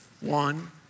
One